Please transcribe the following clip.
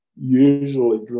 usually